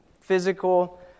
physical